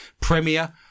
Premier